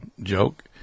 joke